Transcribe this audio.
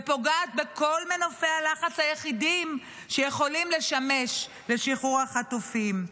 ופוגעת בכל מנופי הלחץ היחידים שיכולים לשמש לשחרור החטופים.